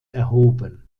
erhoben